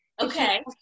Okay